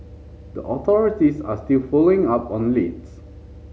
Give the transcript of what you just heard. the authorities are still following up on leads